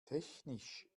technisch